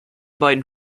beiden